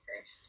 first